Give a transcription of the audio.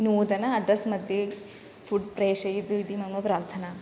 नूतन अड्रस् मध्ये फ़ुड् प्रेषयतु इति मम प्रार्थना